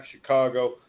Chicago